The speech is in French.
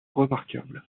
remarquables